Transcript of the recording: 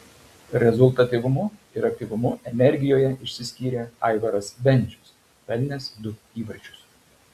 rezultatyvumu ir aktyvumu energijoje išsiskyrė aivaras bendžius pelnęs du įvarčius